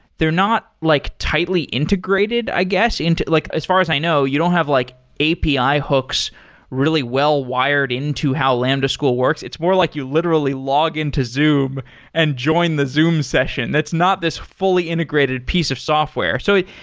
they're not like tightly integrated, i guess. like as far as i know, you don't have like api hooks really well wired into how lambda school works. it's more like you literally log into zoom and join the zoom session. that's not this fully integrated piece of software. so, do